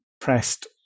pressed